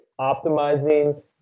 optimizing